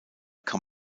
kann